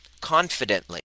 confidently